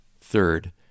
Third